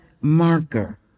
marker